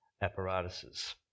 apparatuses